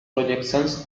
projections